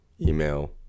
email